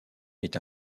est